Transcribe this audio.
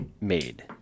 made